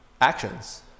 actions